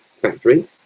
factory